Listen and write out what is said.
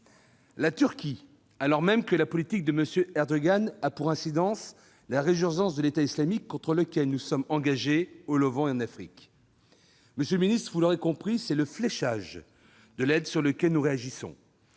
d'aides, alors même que la politique de M. Erdogan a pour incidence la résurgence de l'État islamique contre lequel nous sommes engagés au Levant et en Afrique. Monsieur le ministre, vous l'aurez compris, c'est au fléchage de l'aide que nous réagissons.